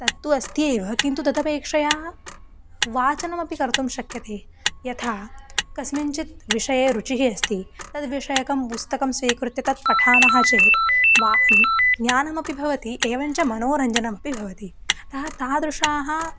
तत्तु अस्ति एव किन्तु तदपेक्षया वाचनमपि कर्तुं शक्यते यथा कस्मिन् चित् विषये रुचिः अस्ति तद् विषयकं पुस्तकं स्वीकृत्य तत् पठामः चेत् वा ज्ञानमपि भवति एवं च मनोरञ्जनमपि भवति अतः तादृशाः